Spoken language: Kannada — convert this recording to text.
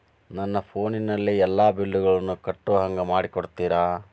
ನನ್ನ ಫೋನಿನಲ್ಲೇ ಎಲ್ಲಾ ಬಿಲ್ಲುಗಳನ್ನೂ ಕಟ್ಟೋ ಹಂಗ ಮಾಡಿಕೊಡ್ತೇರಾ?